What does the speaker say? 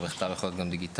ובכתב יכול להיות גם דיגיטלי.